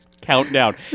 Countdown